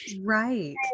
Right